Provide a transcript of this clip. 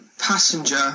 passenger